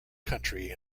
country